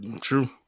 true